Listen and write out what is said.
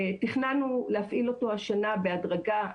תכננו להפעיל אותו השנה בהדרגה.